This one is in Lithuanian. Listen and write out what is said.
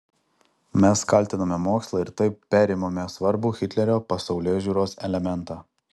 mes kaltiname mokslą ir taip perimame svarbų hitlerio pasaulėžiūros elementą